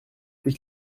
tes